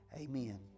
amen